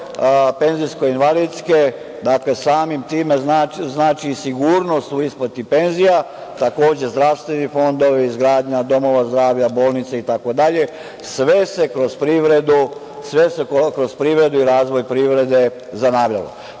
penzijsko invalidske, dakle, samim tim znači i sigurnost u isplati penzija, takođe, zdravstveni fondovi, izgradnja domova zdravlja, bolnica itd. Sve se kroz privredu i razvoj privrede zanavljalo. Tako